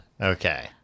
okay